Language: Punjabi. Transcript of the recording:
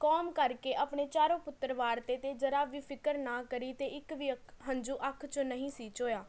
ਕੌਮ ਕਰਕੇ ਆਪਣੇ ਚਾਰੋਂ ਪੁੱਤਰ ਵਾਰਤੇ ਅਤੇ ਜ਼ਰਾ ਵੀ ਫ਼ਿਕਰ ਨਾ ਕਰੀ ਅਤੇ ਇੱਕ ਵੀ ਅੱਖ ਹੰਝੂ ਅੱਖ 'ਚੋਂ ਨਹੀਂ ਸੀ ਚੋਇਆ